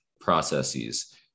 processes